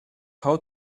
how